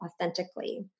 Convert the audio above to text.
authentically